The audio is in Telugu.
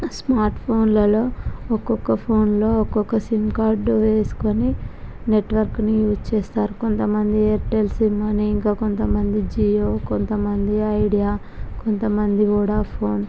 స్మార్ట్ ఫోన్లలో ఒక్కొక్క ఫోన్లో ఒక్కొక్క సిమ్ కార్డ్ వేసుకుని నెట్వర్క్ని యూస్ చేస్తారు కొంతమంది ఎయిర్టెల్ సిమ్ అని ఇంకా కొంతమంది జియో కొంతమంది ఐడియా కొంతమంది వొడాఫోన్